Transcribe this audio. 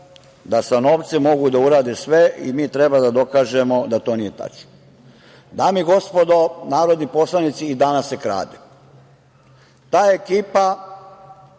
da sa novcem mogu da urade sve i mi treba da dokažemo da to nije tačno. Dame i gospodo narodni poslanici, i danas se krade. Ta ekipa